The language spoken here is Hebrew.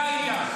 זה העניין.